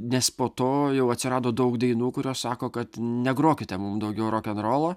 nes po to jau atsirado daug dainų kurios sako kad negrokite mum daugiau rokenrolo